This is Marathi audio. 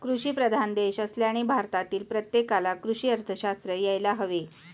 कृषीप्रधान देश असल्याने भारतातील प्रत्येकाला कृषी अर्थशास्त्र यायला हवे